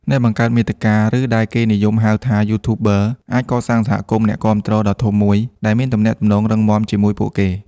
អ្នកបង្កើតមាតិកា ឬដែលគេនិយមហៅថា YouTubers អាចកសាង សហគមន៍អ្នកគាំទ្រដ៏ធំមួយ ដែលមានទំនាក់ទំនងរឹងមាំជាមួយពួកគេ។